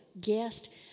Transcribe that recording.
guest